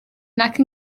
nac